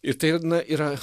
ir tai na yra